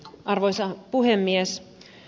arvoisa puhemies